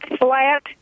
flat